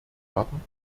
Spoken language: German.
warten